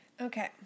Okay